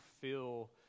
feel